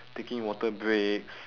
taking water breaks